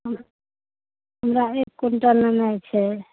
हम हमरा एक क्विन्टल लेनाइ छै